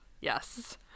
Yes